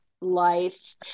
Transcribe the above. life